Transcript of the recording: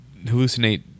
hallucinate